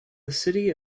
city